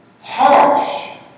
harsh